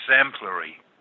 exemplary